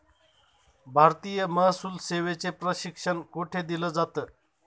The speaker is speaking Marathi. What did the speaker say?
भारतीय महसूल सेवेचे प्रशिक्षण कोठे दिलं जातं?